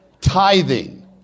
tithing